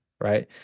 right